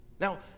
Now